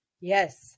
Yes